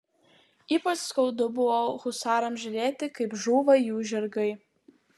ypač skaudu buvo husarams žiūrėti kaip žūva jų žirgai